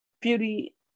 beauty